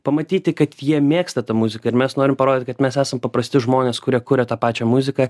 pamatyti kad jie mėgsta tą muziką ir mes norim parodyt kad mes esam paprasti žmonės kurie kuria tą pačią muziką